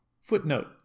Footnote